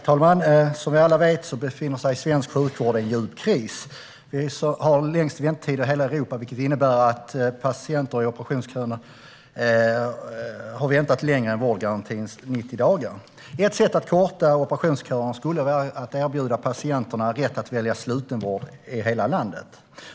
Herr talman! Som vi alla vet befinner sig svensk sjukvård i djup kris. Vi har längst väntetider i hela Europa, vilket innebär att patienter i operationsköerna har väntat längre än vårdgarantins 90 dagar. Ett sätt att korta operationsköerna skulle vara att erbjuda patienterna rätten att välja slutenvård i hela landet.